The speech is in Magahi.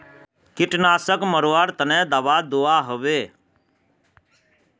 कीटनाशक मरवार तने दाबा दुआहोबे?